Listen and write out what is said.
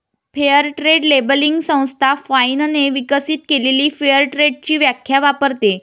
fair trade labelling संस्था फाइनने विकसित केलेली फेअर ट्रेडची व्याख्या वापरते